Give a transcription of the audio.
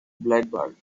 blackbird